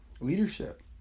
leadership